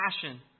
passion